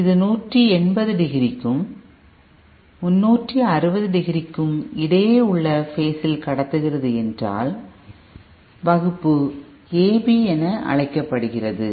இது 180க்கு டிகிரிக்கும் 360 டிகிரி க்கும் இடையே உள்ள பேசில் கடத்துகிறது என்றால் வகுப்பு AB என்று அழைக்கப்படுகிறது